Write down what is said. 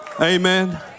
Amen